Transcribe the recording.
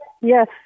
Yes